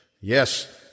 Yes